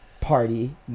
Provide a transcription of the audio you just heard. party